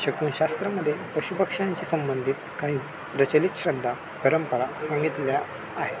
शकुनशास्त्रामध्ये पशुपक्ष्यांशी संबंधित काही प्रचलित श्रद्धा परंपरा सांगितल्या आहेत